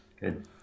good